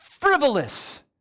frivolous